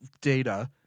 data